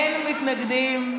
אין מתנגדים.